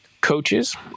coaches